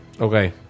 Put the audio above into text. Okay